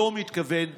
הוא לא מתכוון לעצור.